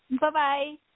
bye-bye